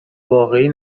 واقعی